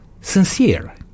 sincere